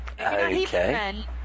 Okay